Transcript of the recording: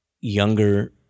younger